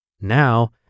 Now